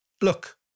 look